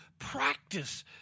practice